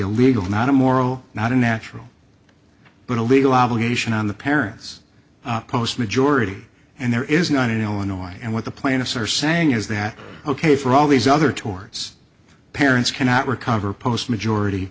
a legal not a moral not a natural but a legal obligation on the parents post majority and there is not in illinois and what the plaintiffs are saying is that ok for all these other towards parents cannot recover post majority